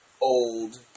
old